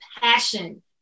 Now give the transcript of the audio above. passion